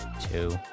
two